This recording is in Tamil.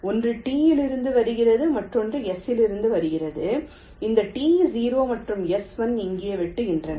ஒன்று T இலிருந்து வருகிறது மற்றொன்று S இலிருந்து வருகிறது இந்த T0 மற்றும் S1 இங்கே வெட்டுகின்றன